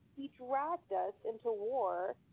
he dragged us into war,